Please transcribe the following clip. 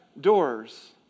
doors